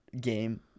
game